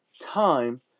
time